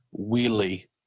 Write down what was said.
wheelie